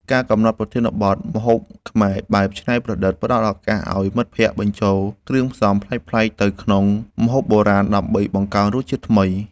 ការកំណត់ប្រធានបទ ម្ហូបខ្មែរបែបច្នៃប្រឌិត ផ្ដល់ឱកាសឱ្យមិត្តភក្តិបញ្ចូលគ្រឿងផ្សំប្លែកៗទៅក្នុងម្ហូបបុរាណដើម្បីបង្កើតរសជាតិថ្មី។